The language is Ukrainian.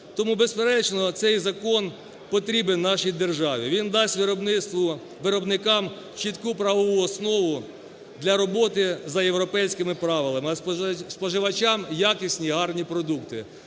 Тому безперечно цей закон потрібний нашій державі. Він дасть виробництву виробникам чітку правову основу для роботи за європейськими правилами, а споживачам якісні гарні продукти.